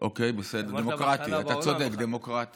אמרת בהתחלה בעולם, אחר כך, כן?